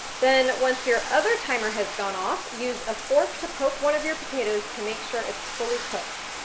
then once your other timer has gone off, use a fork to poke one of your potatoes to make sure it's fully cooked.